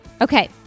Okay